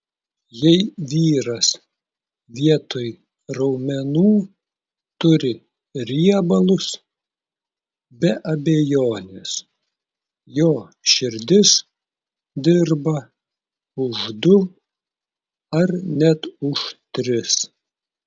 jei vyras vietoj raumenų turi riebalus be abejonės jo širdis dirba už du ar net už tris